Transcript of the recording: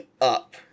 up